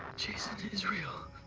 jason is real.